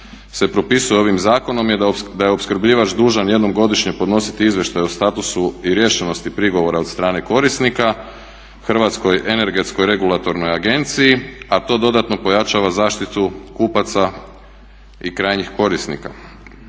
se propisuje ovim zakonom je da je opskrbljivač dužan jednom godišnje podnositi izvještaj o statusu i riješenosti prigovora od strane korisnika Hrvatskoj energetskoj regulatornoj agenciji a to dodatno pojačava zaštitu kupaca i krajnjih korisnika.